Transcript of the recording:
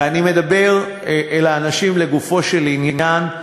ואני מדבר אל האנשים לגופו של עניין,